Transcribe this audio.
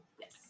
Yes